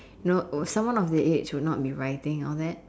you know or someone of that age would not be writing all that